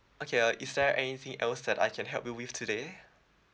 okay uh is there anything else that I can help you with today